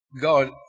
God